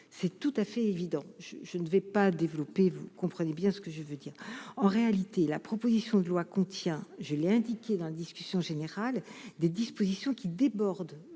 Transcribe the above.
c'est tout à fait évident, je ne vais pas développer, vous comprenez bien ce que je veux dire, en réalité, la proposition de loi contient, je l'ai indiqué d'un discussion générale des dispositions qui déborde